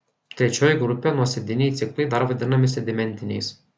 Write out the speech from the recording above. trečioji grupė nuosėdiniai ciklai dar vadinami sedimentiniais